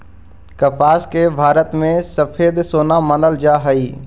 कपास के भारत में सफेद सोना मानल जा हलई